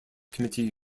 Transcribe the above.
committee